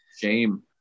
Shame